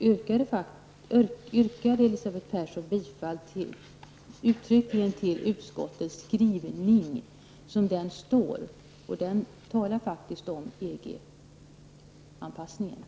Elisabeth Persson yrkade faktiskt uttryckligen bifall till utskottets skrivning som den står, och den talar faktiskt om EG-anpassningen.